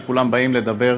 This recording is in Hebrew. שכולם באים לדבר